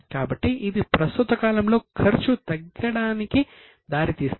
కాబట్టి ఇది ప్రస్తుత కాలంలో ఖర్చు తగ్గడానికి దారి తీస్తుంది